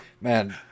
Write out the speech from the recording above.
Man